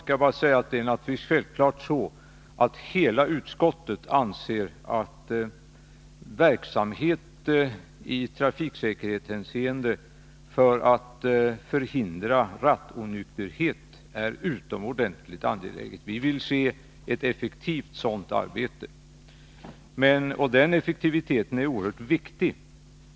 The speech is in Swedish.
Jag vill bara säga: Självfallet anser hela utskottet att en verksamhet i trafiksäkerhetshänseende för att förhindra rattonykterhet är något utomordentligt angeläget. Vi vill se ett effektivt sådant arbete, och den effektiviteten är oerhört viktig.